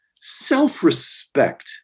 self-respect